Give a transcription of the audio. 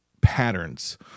patterns